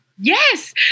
Yes